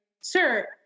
sir